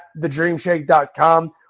thedreamshake.com